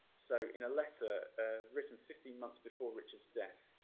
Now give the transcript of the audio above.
so in a letter written fifteen months before richard's death,